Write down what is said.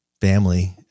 family